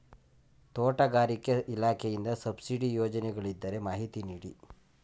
ತೋಟಗಾರಿಕೆ ಇಲಾಖೆಯಿಂದ ಸಬ್ಸಿಡಿ ಯೋಜನೆಗಳಿದ್ದರೆ ಮಾಹಿತಿ ನೀಡಿ?